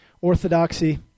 orthodoxy